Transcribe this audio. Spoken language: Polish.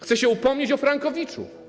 Chcę się upomnieć o frankowiczów.